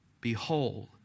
Behold